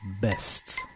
best